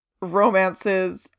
romances